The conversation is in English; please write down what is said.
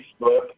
Facebook